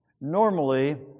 Normally